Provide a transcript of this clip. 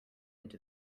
into